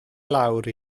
lawr